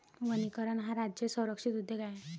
वनीकरण हा राज्य संरक्षित उद्योग आहे